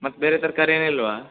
ಮತ್ತು ಬೇರೆ ತರಕಾರಿ ಏನು ಇಲ್ವಾ